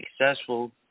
successful